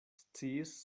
sciis